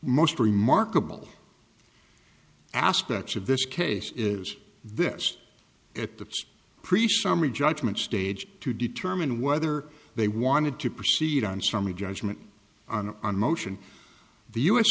most remarkable aspects of this case is this it the priest summary judgment stage to determine whether they wanted to proceed on summary judgment on a motion the u s